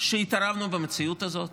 שהתערבנו במציאות הזאת?